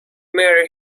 marry